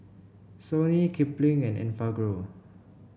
Sony Kipling and Enfagrow